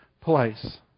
place